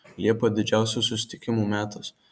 liepa didžiausių susitikimų metas